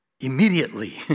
immediately